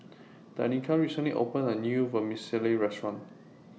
Danica recently opened A New Vermicelli Restaurant